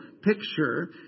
picture